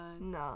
No